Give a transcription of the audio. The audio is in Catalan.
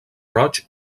roig